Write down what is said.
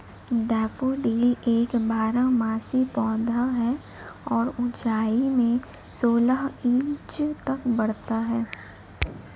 daffodil एक बारहमासी पौधा है और ऊंचाई में सोलह इंच तक बढ़ता है